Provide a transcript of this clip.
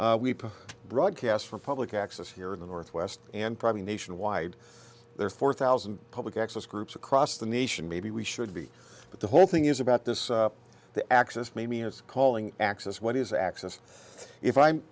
we broadcast from public access here in the northwest and probably nationwide there are four thousand public access groups across the nation maybe we should be but the whole thing is about this the access me is calling access what is access if i'm